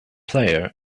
player